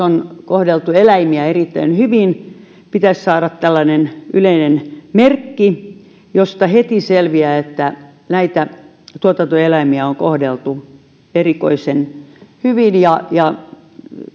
on kohdeltu eläimiä erittäin hyvin pitäisi saada tällainen yleinen merkki josta heti selviää että tuotantoeläimiä on kohdeltu erikoisen hyvin ja ja